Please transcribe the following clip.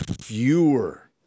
fewer